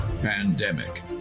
Pandemic